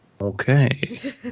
Okay